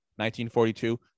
1942